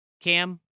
Cam